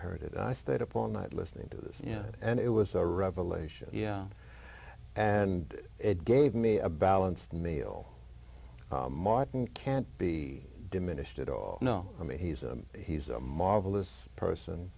heard it i stayed up all night listening to this you know and it was a revelation yeah and it gave me a balanced meal martin can't be diminished at all no i mean he's a he's a marvelous person